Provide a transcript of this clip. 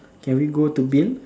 can we go to Bill